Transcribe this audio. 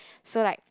so like